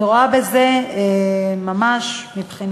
אני רואה בזה, מבחינתי,